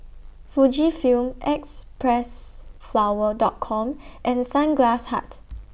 Fujifilm Xpressflower Dot Com and Sunglass Hut